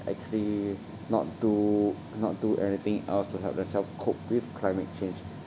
actually not do not do anything else to help themself cope with climate change